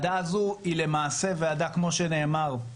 כמו שנאמר,